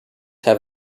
have